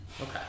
Okay